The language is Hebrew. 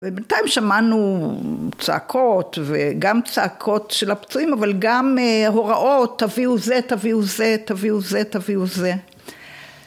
ובינתיים שמענו צעקות וגם צעקות של הפצועים אבל גם הוראות תביאו זה תביאו זה תביאו זה תביאו זה